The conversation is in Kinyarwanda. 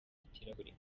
ikirahuri